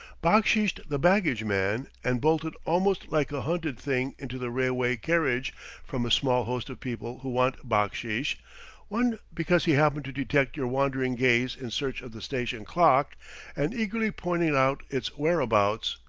backsheeshed the baggage man, and bolted almost like a hunted thing into the railway-carriage from a small host of people who want backsheesh one because he happened to detect your wandering gaze in search of the station clock and eagerly pointed out its whereabouts,